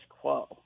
quo